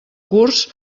curs